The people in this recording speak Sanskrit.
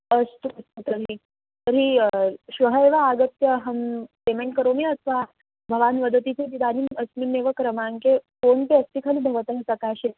अस्तु यतो हि तर्हि श्वः एव आगत्य अहं पेमेण्ट् करोमि अथवा भवान् वदति चेत् इदानीम् अस्मिन्नेव क्रमाङ्के फ़ोप्न्पे अस्ति खलु भवतः सकाशे